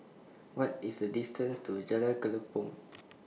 What IS The distance to Jalan Kelempong